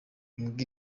imbwa